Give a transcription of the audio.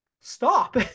stop